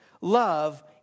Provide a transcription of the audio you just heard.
love